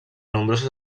nombroses